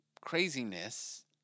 craziness